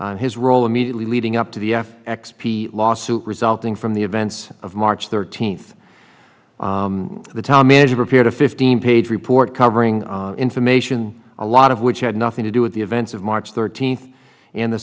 his role immediately leading up to the f x p lawsuit resulting from the events of march thirteenth the town manager prepared a fifteen page report covering information a lot of which had nothing to do with the events of march thirteenth and the